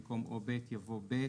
במקום "או (ב)" יבוא "(ב),